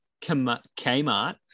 Kmart